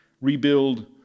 rebuild